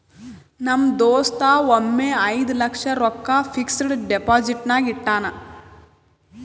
ನಮ್ ದೋಸ್ತ ಒಮ್ಮೆ ಐಯ್ದ ಲಕ್ಷ ರೊಕ್ಕಾ ಫಿಕ್ಸಡ್ ಡೆಪೋಸಿಟ್ನಾಗ್ ಇಟ್ಟಾನ್